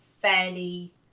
fairly